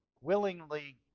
willingly